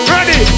Ready